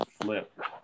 flip